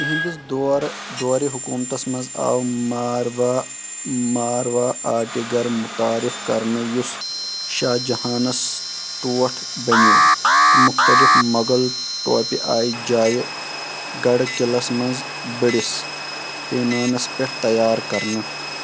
تِہنٛدِس دورٕ دورِ حکومتس منٛز آو ماروٲڑِ گُر مٗتعارف کرنہٕ یٗس شاہ جہاں نَس ٹوٹھ بَنیو تہٕ مُختٔلِف مغل توپہٕ آیہِ جایہِ گڑھ قٕلس منٛز بٔڑِس پیمانَس پٮ۪ٹھ تیار کرنہٕ